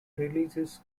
releases